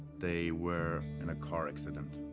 they were in a car accident.